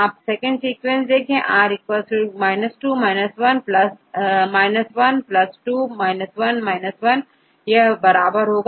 आप second sequence देखें यहांR 2 1 12 1 1यह कितने के बराबर होगा